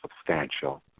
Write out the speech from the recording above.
substantial